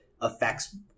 affects